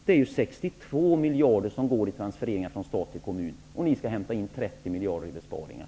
Det är ju 62 miljarder som går i transfereringar från stat till kommun, och ni skall hämta in 30 miljarder i besparingar.